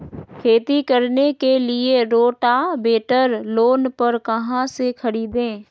खेती करने के लिए रोटावेटर लोन पर कहाँ से खरीदे?